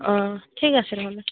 অঁ ঠিক আছে নহ'লে